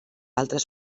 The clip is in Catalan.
altres